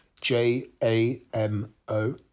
J-A-M-O